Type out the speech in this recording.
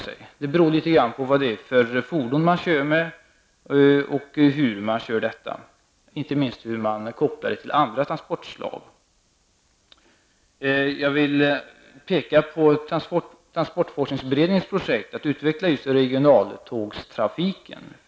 Det beror litet grand på vad det är för fordon man kör med och hur man kör detta, inte minst hur man kopplar det till andra transportslag. Jag vill peka på transportforskningsberedningens projekt att utveckla just regionaltågstrafiken.